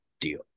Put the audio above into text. deal